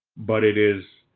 but it is